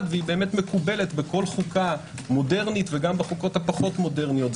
והיא מקובלת בכל חוקה מודרנית וגם בחוקות הפחות מודרניות.